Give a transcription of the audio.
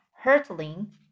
hurtling